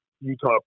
Utah